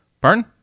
Pardon